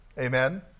Amen